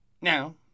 Now